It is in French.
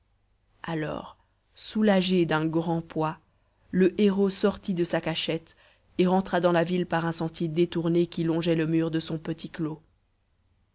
alors soulagé d'un grand poids le héros sortit de sa cachette et rentra dans la ville par un sentier détourné qui longeait le mur de son petit clos